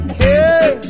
hey